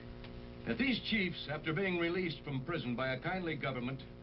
that these chiefs, after being released from prison by a kindly government.